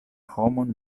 homon